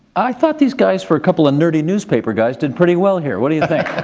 i thought these guys for a couple of nerdy newspaper guys, did pretty well here. what do you think?